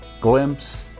glimpse